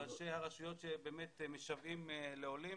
ראשי הרשויות באמת משוועים לעולים.